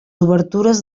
obertures